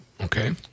Okay